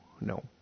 no